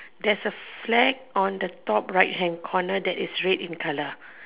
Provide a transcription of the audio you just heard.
there's a flag on the top right hand corner that is red in colour